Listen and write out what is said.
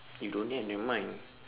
if don't have nevermind